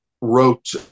wrote